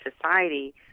society